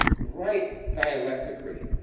write dialecticly.